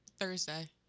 Thursday